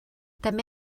també